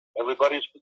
Everybody's